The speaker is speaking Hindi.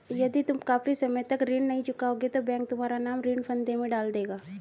यदि तुम काफी समय तक ऋण नहीं चुकाओगे तो बैंक तुम्हारा नाम ऋण फंदे में डाल देगा